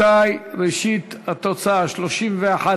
התשע"ד 2014, לוועדה שתקבע ועדת הכנסת נתקבלה.